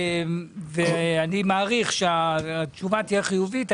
ואני מעריך שהתשובה תהיה חיובית.